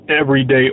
Everyday